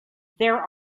there